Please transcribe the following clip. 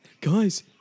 guys